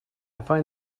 find